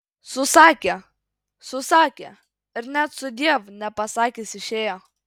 susakė susakė ir net sudiev nepasakęs išėjo